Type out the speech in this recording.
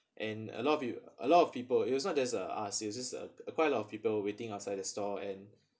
and a lot of you a lot of people you know there's uh there were just uh quite a lot of people waiting outside the store and